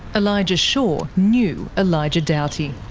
elijah shaw knew elijah doughty.